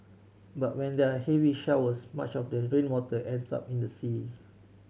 but when there're heavy showers much of the rainwater ends up in the sea